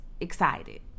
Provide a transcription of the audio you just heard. excited